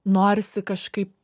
norisi kažkaip